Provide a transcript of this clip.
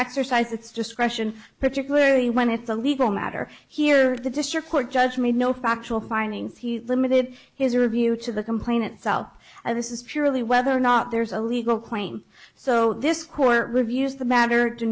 exercise its discretion particularly when it's a legal matter here the district court judge made no factual findings he limited his review to the complainants out of this is purely whether or not there's a legal claim so this court reviews the matter to